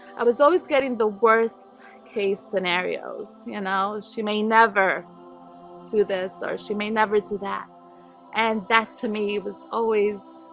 i was always, getting the? worst-case scenarios you know she may never do this or she may never do that and that to me was always?